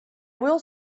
will